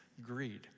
greed